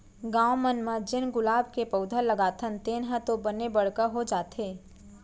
गॉव मन म जेन गुलाब के पउधा लगाथन तेन ह तो बने बड़का हो जाथे